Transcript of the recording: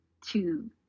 two